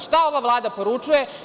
Šta ova Vlada poručuje?